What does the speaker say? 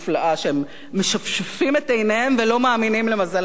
שהם משפשפים את עיניהם ולא מאמינים למזלם הטוב.